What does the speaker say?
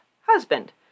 husband